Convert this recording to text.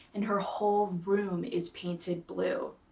and her whole room is painted blue.